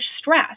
stress